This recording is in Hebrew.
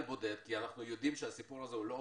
בודד כי אנחנו יודעים שהסיפור הזה לא אוטומטי,